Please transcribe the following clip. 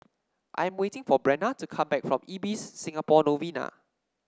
I am waiting for Brenna to come back from Ibis Singapore Novena